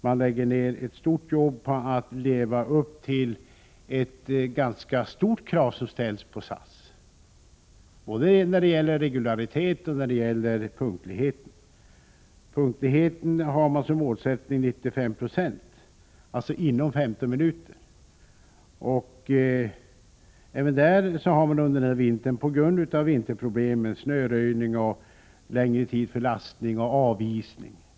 Man jobbar för att uppfylla de ganska stora krav som ställs på företaget både när det gäller regulariteten och när det gäller punktligheten. Man har nämligen som målsättning att till 95 96 vara punktlig — det får alltså inte bli mer än 15 minuters försening. Även i detta avseende har man i vinter haft problem på grund av snöröjning, längre lastningstider, avisning och annat som hänger samman med vintern.